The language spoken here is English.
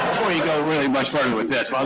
you go really much further with this.